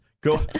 Go